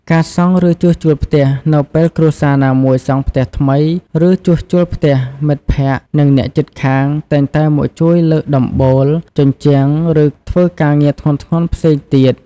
ការសង់ ឬជួសជុលផ្ទះ នៅពេលគ្រួសារណាមួយសង់ផ្ទះថ្មី ឬជួសជុលផ្ទះ មិត្តភក្តិ និងអ្នកជិតខាងតែងតែមកជួយលើកដំបូល ជញ្ជាំង ឬធ្វើការងារធ្ងន់ៗផ្សេងទៀត។